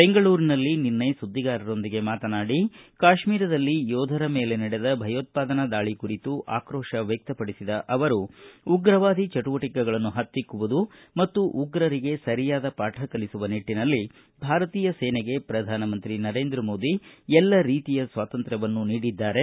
ಬೆಂಗಕ್ರರಿನಲ್ಲಿ ನಿನ್ನೆ ಸುದ್ದಿಗಾರರೊಂದಿಗೆ ಮಾತನಾಡಿ ಕಾಶ್ವೀರದಲ್ಲಿ ಯೋಧರ ಮೇಲೆ ನಡೆದ ಭಯೋತ್ಪಾದನಾ ದಾಳ ಕುರಿತು ಆಕ್ರೋತ ವ್ಯಕ್ತಪಡಿಸಿದ ಅವರು ಉಗ್ರವಾದಿ ಚಟುವಟಿಕೆಗಳನ್ನು ಪತ್ತಿಕುವುದು ಮತ್ತು ಉಗ್ರರಿಗೆ ಸರಿಯಾದ ಪಾಠ ಕಲಿಸುವ ನಿಟ್ಟನಲ್ಲಿ ಭಾರತೀಯ ಸೇನೆಗೆ ಶ್ರಧಾನಮಂತ್ರಿ ನರೇಂದ್ರ ಮೋದಿ ಎಲ್ಲ ರೀತಿಯ ಸ್ನಾತಂತ್ರ್ವವನ್ನು ನೀಡಿದ್ದಾರೆ